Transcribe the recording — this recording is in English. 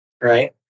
right